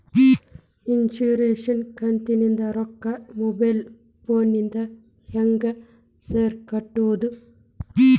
Insurance ಕಂತಿನ ರೊಕ್ಕನಾ mobile ಫೋನಿಂದ ಹೆಂಗ್ ಸಾರ್ ಕಟ್ಟದು?